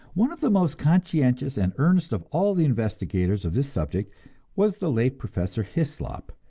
one of the most conscientious and earnest of all the investigators of this subject was the late professor hyslop,